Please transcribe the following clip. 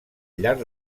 llarg